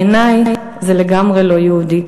בעיני זה לגמרי לא יהודי.